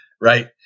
right